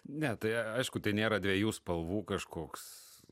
ne tai a aišku tai nėra dviejų spalvų kažkoks